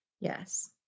Yes